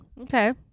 Okay